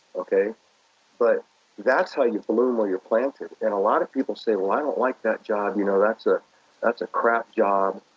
but that's how you bloom where you're planted. and a lot of people say, well i don't like that job. you know that's ah that's a crap job.